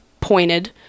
pointed